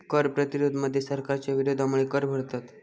कर प्रतिरोध मध्ये सरकारच्या विरोधामुळे कर भरतत